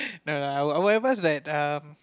no lah I will I will advise like um